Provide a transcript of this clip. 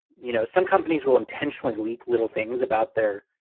you know, some companies will intentionally leak little things about their,